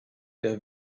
der